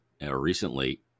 recently